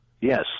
Yes